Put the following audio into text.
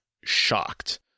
shocked